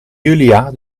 julia